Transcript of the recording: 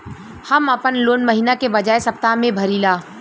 हम आपन लोन महिना के बजाय सप्ताह में भरीला